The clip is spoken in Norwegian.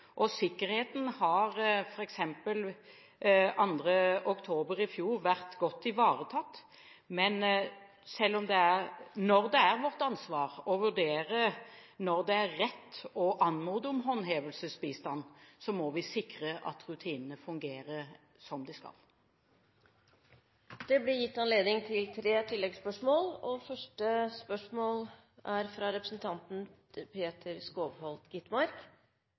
og sikkerheten har – f.eks. 2. oktober i fjor – vært godt ivaretatt, men når det er vårt ansvar å vurdere når det er rett å anmode om håndhevelsesbistand, må vi sikre at rutinene fungerer som de skal. Det blir tre oppfølgingsspørsmål – først Peter Skovholt Gitmark. Spørsmålet går til